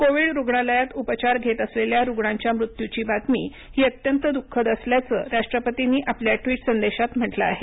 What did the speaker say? Covid रुग्णालयात उपचार घेत असलेल्या रुग्णांच्या मुत्यूची बातमी ही अत्यंत दुःखद असल्याचं राष्ट्रपतींनी आपल्या ट्विट संदेशात म्हटलं आहे